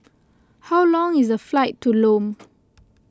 how long is the flight to Lome